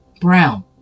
Brown